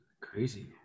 crazy